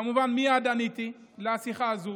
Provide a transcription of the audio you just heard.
כמובן שמייד עניתי לשיחה הזאת,